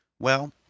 Well